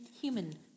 human